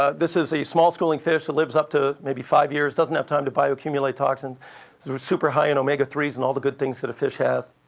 ah this is a small schooling fish that lives up to maybe five years, doesn't have time to bioaccumulate toxins. so they're super high in omega three s and all the good things that a fish has.